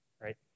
right